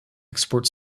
export